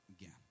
again